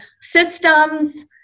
systems